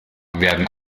werden